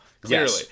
Clearly